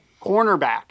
Cornerback